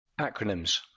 Acronyms